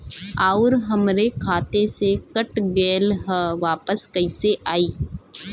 आऊर हमरे खाते से कट गैल ह वापस कैसे आई?